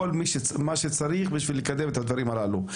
כל מה שצריך כדי לקדם את הדברים הללו.